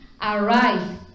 arise